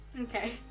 Okay